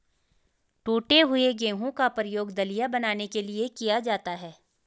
टूटे हुए गेहूं का प्रयोग दलिया बनाने के लिए किया जाता है